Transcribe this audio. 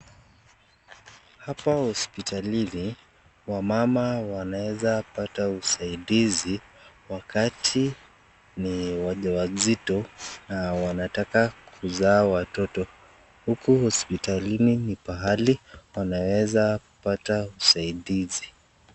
Hapa hospitalini wamama wanaweza pata usaidizi wakati ni wajawazito na wanataka kuzaa watoto. Huku hospitalini ni pahali unaweza kupata usaidizi.